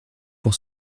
pour